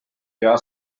pea